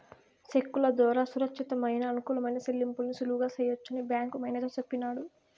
సెక్కుల దోరా సురచ్చితమయిన, అనుకూలమైన సెల్లింపుల్ని సులువుగా సెయ్యొచ్చని బ్యేంకు మేనేజరు సెప్పినాడు